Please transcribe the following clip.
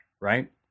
right